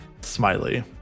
Smiley